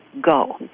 go